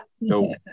No